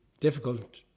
difficult